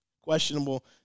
questionable